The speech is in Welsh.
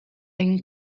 ein